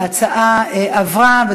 ההצבעה החלה.